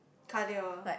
cardio